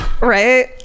right